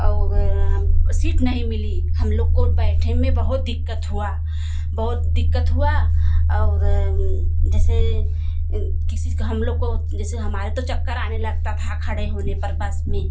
और सीट नहीं मिली हम लोग को बैठे में बहुत दिक़्क़त हुआ बहुत दिक़्क़त हुआ और जैसे किसी हम लोग को जैसे हमारे तो चक्कर आने लगता था खड़े होने पर बस में